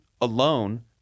alone